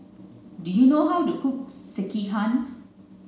do you know how to cook Sekihan